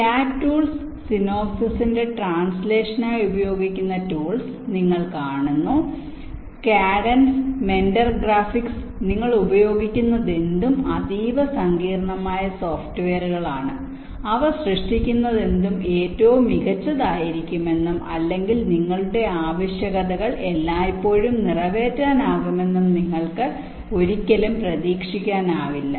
കാറ്റ് ടൂൾസ് സിനോപ്സിസിന്റെ ട്രാൻസ്ലേഷനായി ഉപയോഗിക്കുന്ന ടൂൾസ് നിങ്ങൾ കാണുന്നു കാഡൻസ് മെന്റർ ഗ്രാഫിക്സ് നിങ്ങൾ ഉപയോഗിക്കുന്നതെന്തും അതീവ സങ്കീർണമായ സോഫ്റ്റ്വെയറുകളാണ് അവ സൃഷ്ടിക്കുന്നതെന്തും ഏറ്റവും മികച്ചതായിരിക്കുമെന്നും അല്ലെങ്കിൽ നിങ്ങളുടെ ആവശ്യകതകൾ എല്ലായ്പ്പോഴും നിറവേറ്റാനാകുമെന്നും നിങ്ങൾക്ക് ഒരിക്കലും പ്രതീക്ഷിക്കാനാവില്ല